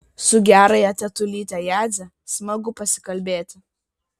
su gerąja tetulyte jadze smagu pasikalbėti